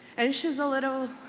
and she's a little,